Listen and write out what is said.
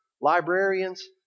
librarians